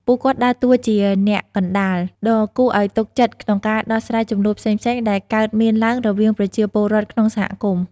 ពួកគាត់ដើរតួជាអ្នកកណ្ដាលដ៏គួរឲ្យទុកចិត្តក្នុងការដោះស្រាយជម្លោះផ្សេងៗ ដែលកើតមានឡើងរវាងប្រជាពលរដ្ឋក្នុងសហគមន៍។